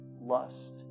lust